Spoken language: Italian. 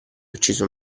ucciso